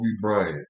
Bryant